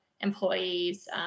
employees